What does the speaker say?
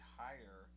higher